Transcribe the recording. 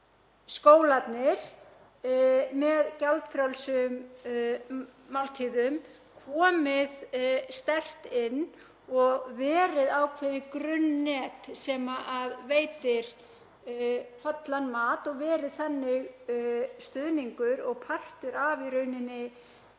skólarnir með gjaldfrjálsum máltíðum komið sterkt inn og verið ákveðið grunnnet sem veitir hollan mat og verið þannig stuðningur og partur af í rauninni